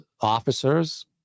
officers